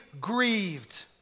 grieved